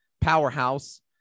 powerhouse